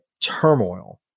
turmoil